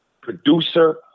producer